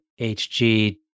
HG